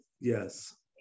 yes